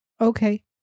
Okay